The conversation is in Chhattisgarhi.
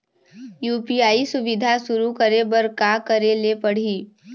यू.पी.आई सुविधा शुरू करे बर का करे ले पड़ही?